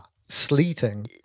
sleeting